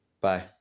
Bye